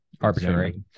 arbitrary